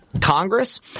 Congress